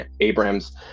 Abraham's